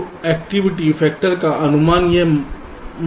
तो activity factor का अनुमान यह महत्वपूर्ण है